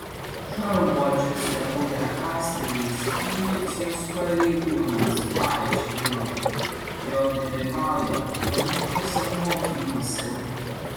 šarvuočiuose buvę asmenys milicijos pareigūnams paaiškino jog dalyvauja planuotuose mokymuose